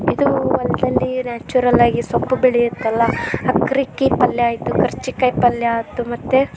ಇದೂ ಹೊಲ್ದಲ್ಲಿ ನ್ಯಾಚುರಲ್ಲಾಗಿ ಸೊಪ್ಪು ಬೆಳೆಯುತ್ತಲ್ಲ ಅಕ್ರಕ್ಕಿ ಪಲ್ಯ ಆಯಿತು ಕರ್ಚಿಕಾಯಿ ಪಲ್ಯ ಆಯ್ತು ಮತ್ತು